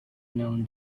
known